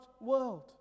world